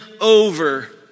over